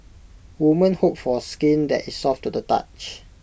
women hope for skin that is soft to the touch